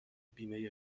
بیمه